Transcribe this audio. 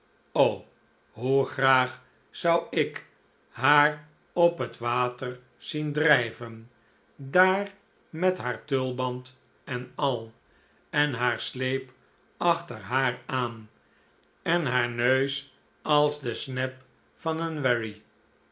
o hoe graag zou ik haar op het water zien drijven daar met haar tulband en al en haar sleep achter haar aan en haar neus als de sneb van een wherry